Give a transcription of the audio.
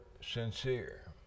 sincere